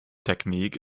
technique